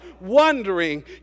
wondering